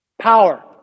Power